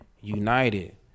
united